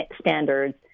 standards